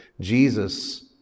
Jesus